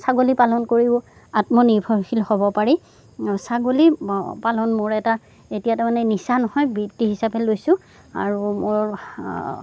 ছাগলী পালন কৰিও আত্মনিৰ্ভৰশীল হ'ব পাৰি ছাগলী পালন মোৰ এটা এতিয়া তাৰমানে নিচা নহয় বৃত্তি হিচাপে লৈছোঁ আৰু মোৰ